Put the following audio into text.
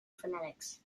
phonetics